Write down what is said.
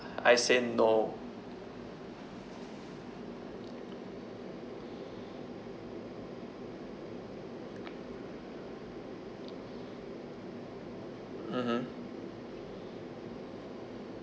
I say no mmhmm